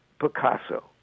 Picasso